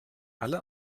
alle